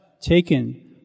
taken